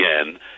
again